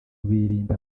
birinda